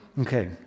Okay